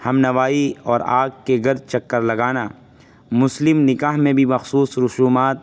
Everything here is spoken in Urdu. ہمنوائی اور آگ کے گرد چکر لگانا مسلم نکاح میں بھی مخصوص رسومات